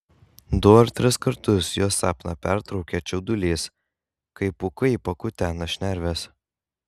du ar tris kartus jo sapną pertraukia čiaudulys kai pūkai pakutena šnerves